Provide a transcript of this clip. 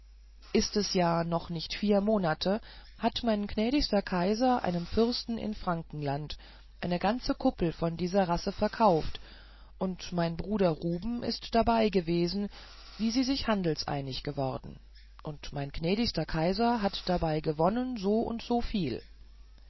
ist es ja noch nicht vier monate hat mein gnädigster kaiser einem fürsten in frankenland eine ganze kuppel von dieser race verkauft und mein bruder ruben ist dabeigewesen wie sie sind handelseinig geworden und mein gnädigster kaiser hat dabei gewonnen so und so viel